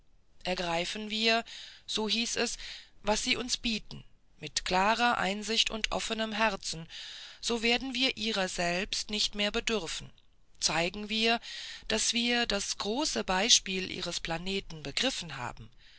ergreifen wir so hieß es was sie uns bieten mit klarer einsicht und offenem herzen so werden wir ihrer selbst nicht mehr bedürfen zeigen wir daß wir das große beispiel ihres planeten begriffen haben